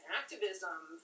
activism